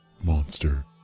monster